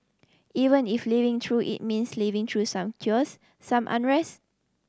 even if living through it means living through some chaos some unrest